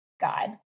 God